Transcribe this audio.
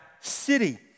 city